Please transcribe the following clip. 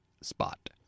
spot